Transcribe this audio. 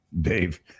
Dave